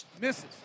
Misses